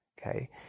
okay